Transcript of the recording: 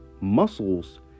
Muscles